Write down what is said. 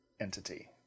entity